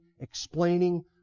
explaining